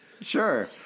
Sure